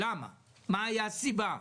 מה הייתה הסיבה.